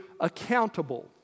accountable